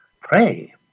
Pray